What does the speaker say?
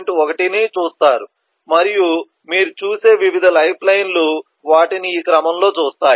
1 ను చూస్తారు మరియు మీరు చూసే వివిధ లైఫ్ లైన్ లు వాటిని ఈ క్రమంలో చూస్తాయి